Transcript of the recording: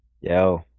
Yo